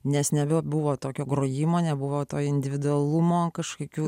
nes nebebuvo tokio grojimo nebuvo to individualumo kažkokių